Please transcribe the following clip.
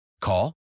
Call